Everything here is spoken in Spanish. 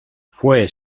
fue